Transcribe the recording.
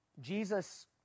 Jesus